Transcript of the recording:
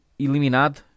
eliminado